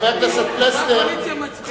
כי חברי הקואליציה מצביעים כבר בוועדת הכספים,